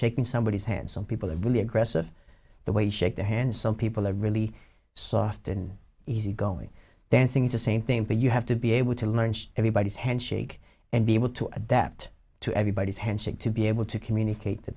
shaking somebody's hand some people have really aggressive the way shake their hand some people are really soft and easy going dancing is the same thing but you have to be able to learn everybody's handshake and be able to adapt to everybody's handshake to be able to communicate t